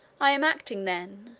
i am acting, then,